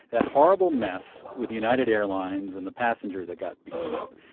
that horrible mess with united airlines and the passenger that got beaten up,